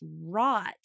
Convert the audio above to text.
rot